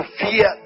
fear